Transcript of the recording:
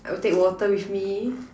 I will take water with me